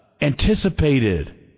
anticipated